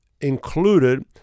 included